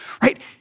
right